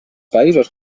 països